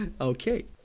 Okay